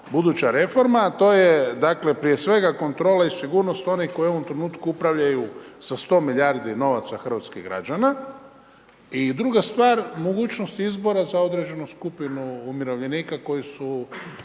buduća reforma, a to je prije svega kontrole i sigurnost onih koji u ovom trenutku upravljaju sa 100 milijardi novaca hrvatskih građana. I druga stvar mogućnost izbora za određenu skupinu umirovljenika koji su